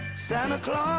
santa claus